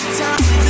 time